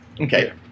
Okay